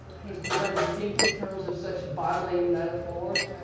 he's begun to think in terms of such bodily metaphors,